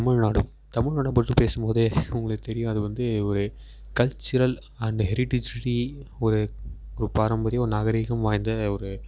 தமிழ்நாடு தமிழ்நாடை பற்றி பேசும்போதே உங்களுக்கு தெரியும் அது வந்து ஒரு கல்ச்சுரல் அண்டு ஹெரிடேஜ் ஃப்ரீ ஒரு ஒரு பாரம்பரிய ஒரு நாகரிகம் வாய்ந்த ஒரு